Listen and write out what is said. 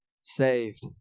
saved